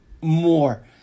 more